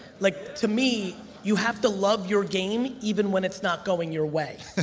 like to me, you have to love your game even when it's not going your way.